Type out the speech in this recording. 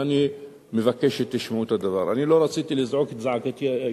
ואני מבקש שתשמעו את הדבר: אני לא רציתי לזעוק את זעקתי האישית,